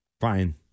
fine